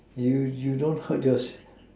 you you don't hurt your